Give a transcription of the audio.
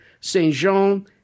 Saint-Jean